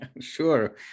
Sure